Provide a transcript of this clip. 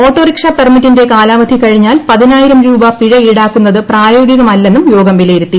autorickshaw പെർമിറ്റിന്റെ കാലാവധി കഴിഞ്ഞാൽ പതിനായിരം രൂപ പിഴ ഈടാക്കുന്നത് പ്രായോഗികമല്ലെന്നും യോഗം വിലയിരുത്തി